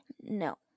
No